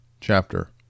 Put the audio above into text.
chapter